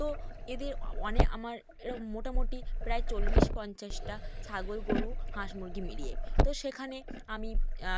তো এদের অনে আমার এরম মোটামোটি প্রায় চল্লিশ পঞ্চাশটা ছাগল গরু হাঁস মুরগি মিলিয়ে তো সেখানে আমি